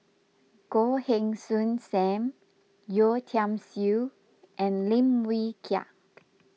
Goh Heng Soon Sam Yeo Tiam Siew and Lim Wee Kiak